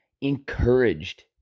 encouraged